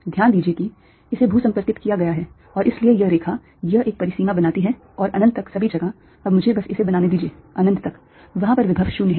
ध्यान दीजिए की इसे भू संपर्कित किया गया है और इसलिए यह रेखा यह एक परिसीमा बनाती है और अनंत तक सभी जगह अब मुझे बस इसे बनाने दीजिए अनंत तक वहाँ पर विभव 0 है